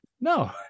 No